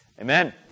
amen